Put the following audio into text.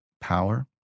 power